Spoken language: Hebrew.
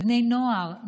בני נוער,